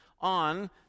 on